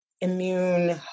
immune